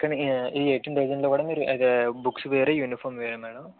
కానీ ఈ eighteen thousand లో కూడా బుక్స్ వేరే యూనిఫామ్ వేరే మేడం